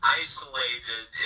isolated